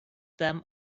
them